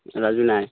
ৰাজু নাই